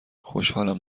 خوشحالم